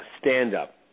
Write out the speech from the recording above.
stand-up